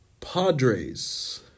Padres